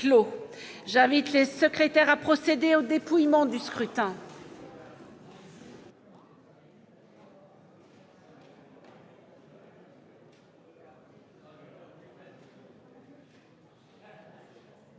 et MM. les secrétaires à procéder au dépouillement du scrutin.